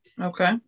Okay